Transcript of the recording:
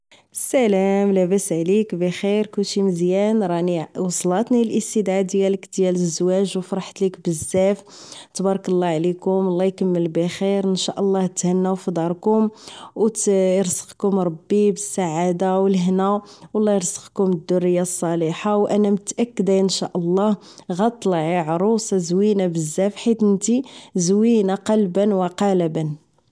السلام لاباس عليك بخير كلشي مزيان راني وصلاتني الاستدعا ديالك ديال الزواج و فرحت ليك بزاف تبارك الله عليكم الله اكمل بخير ان شاء الله تهناو فداركم و يرزقكم ربي بالسعادة و الهنا والله ارزقكم الدرية الصالحة وانا متأكدة ان شاء الله غطلعي عروسة زوينة بزاف حيت نتي زوينة قلبا و قالبا